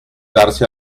darse